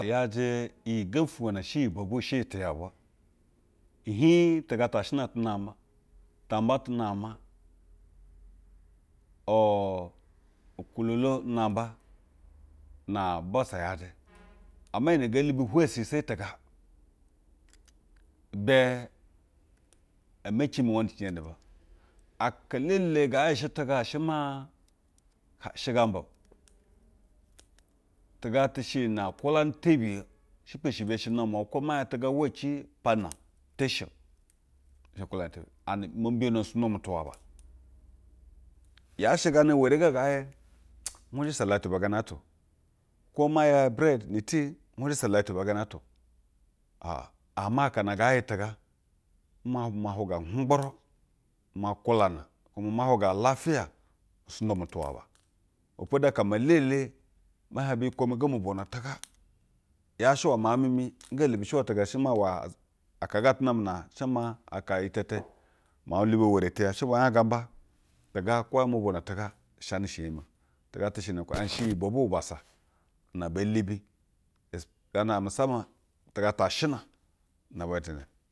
Iyajɛ iyi gembi ufwugwo na shɛ iyi bwobwu shɛ iyi tɛ ya bwa ihiig tɛga to ashɛna tɛ namba, ta ama tu namba u u ukwulolo unamba na bubassa yajɛ ama iyi nɛ ngee lubi hwɛ shɛ seyi tɛga ibɛ emeci mi wɛnixinjeɛ ni bɛ. Aka elele ngaa yɛ shɛ tɛga i shɛ maa shɛ gambao. Tɛga tɛ shɛ iyi nɛ nkwulanɛ tebiye, shɛpa shɛ biye shɛ namwanwa, kwo ma ya tɛga uwa a piana nte shi o. Ima kwuulana tiya and umo mbiyono nu usu gda mu tuwaba. Yaa shɛ gana uwere ga ngaa yɛ mwa nhwujɛ so ulatu bɛ gano atao kwo ma yo ibrɛd ni tii, nhwujɛ sa ulatu bɛ gana ata o. A a ama akana ngaa yɛ tiga nmama hwugu hwu ggburu. Ima nkwulana kuma ma hwuga lafiya sugda mu tu i waba. Ibɛ podu aka meelele mɛ hiɛg biyikwo mi go mo vwono tɛga yaa shɛ iwɛ miaug mimi ga labishi uwɛ tɛga shɛ maa aka ga atɛ namɛ na shɛ maa ako iyi tɛtɛ, miau-g lubi ewere tɛya shɛ bwo nɛɛ hiɛg gamba kwo zɛ zha mo vwono tɛga i shɛnɛ shɛ ihiɛmɛ o. Tɛga tɛ shɛ nɛ, shiii iyi bwovwu bubassa na bee lubi ɛggana musama tɛga ta ashɛna nabatɛns.